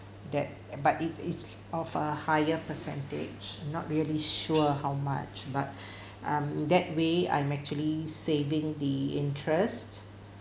that but it it's of a higher percentage not really sure how much but um that way I'm actually saving the interest